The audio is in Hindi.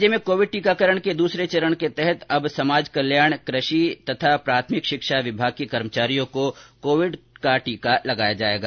राज्य में कोविड टीकाकरण के दूसरे चरण के तहत अब समाज कल्याण कृषि तथा प्राथमिक शिक्षा विभाग के कर्मचारियों को टीका लगाया जायेगा